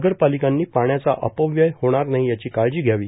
नगर पालिकांनी पाण्याचा अपव्यय होणार नाही यासाठी काळजी घ्यावी